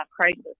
crisis